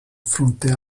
fronte